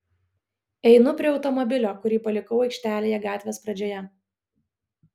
einu prie automobilio kurį palikau aikštelėje gatvės pradžioje